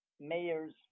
mayors